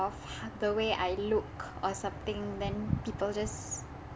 of h~ the way I look or something then people just